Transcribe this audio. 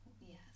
Yes